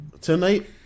tonight